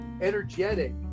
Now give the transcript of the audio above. energetic